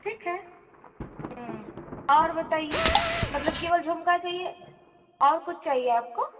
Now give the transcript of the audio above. ठीक है और बताइए मतलब केवल झुमका चाहिए और कुछ चाहिए आपको